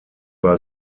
war